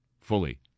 fully